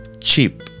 cheap